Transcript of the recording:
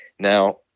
Now